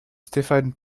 stéphane